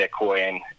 bitcoin